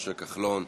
משה כחלון,